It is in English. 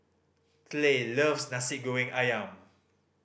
Clay loves Nasi Goreng Ayam